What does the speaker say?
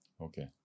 Okay